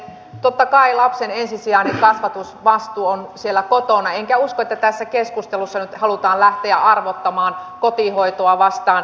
totta kai lapsen ensisijainen kasvatusvastuu on siellä kotona enkä usko että tässä keskustelussa nyt halutaan lähteä arvottamaan kotihoitoa päivähoitoa vastaan